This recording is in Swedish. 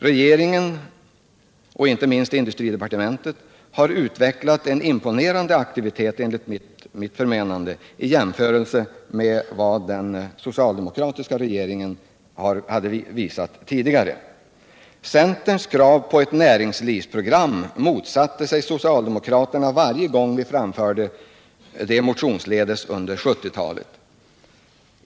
Regeringen — inte minst industridepartementet — har enligt mitt förmenande utvecklat en imponerande aktivitet i jämförelse med den tidigare, socialdemokratiska regeringen. Centerns krav på ett näringslivsprogram motsatte sig socialdemokraterna varje gång vi framförde det motionsledes under 1970-talet.